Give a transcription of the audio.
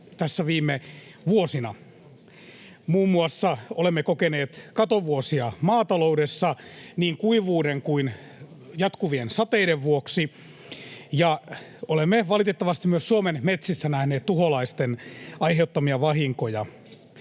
tässä viime vuosina. Muun muassa olemme kokeneet katovuosia maataloudessa niin kuivuuden kuin jatkuvien sateiden vuoksi, ja olemme valitettavasti myös Suomen metsissä nähneet tuholaisten aiheuttamia vahinkoja.